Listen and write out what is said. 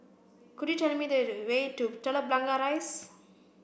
could you tell me the the way to Telok Blangah Rise